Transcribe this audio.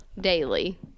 daily